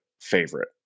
favorite